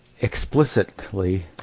explicitly